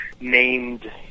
named